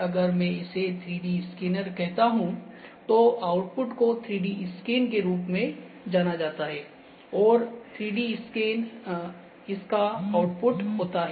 अगर मैं इसे 3D स्कैनर कहता हूं तो आउटपुट को 3D स्कैन के रूप में जाना जाता है और 3D स्कैन इसका आउटपुट होता है